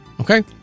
Okay